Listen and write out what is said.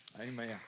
Amen